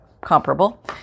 comparable